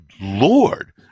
Lord